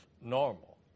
normal